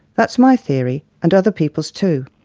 that's my theory, and other people's too.